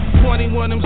21